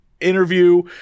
interview